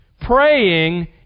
praying